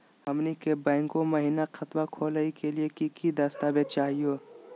हमनी के बैंको महिना खतवा खोलही के लिए कि कि दस्तावेज चाहीयो?